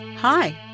Hi